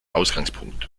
ausgangspunkt